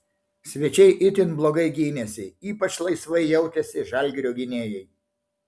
svečiai itin blogai gynėsi ypač laisvai jautėsi žalgirio gynėjai